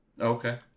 Okay